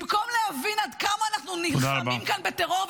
במקום להבין עד כמה אנחנו נלחמים כאן בטרור,